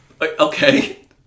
Okay